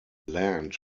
land